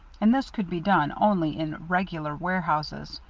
and this could be done only in regular warehouses.